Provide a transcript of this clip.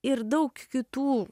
ir daug kitų